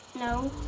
no.